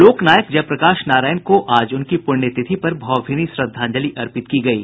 लोक नायक जयप्रकाश नारायण को आज उनकी पुण्यतिथि पर भावभीनी श्रद्धांजलि अर्पित की गयी